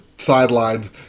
Sidelines